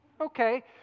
okay